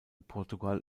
portugal